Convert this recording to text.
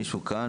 נמצאת כאן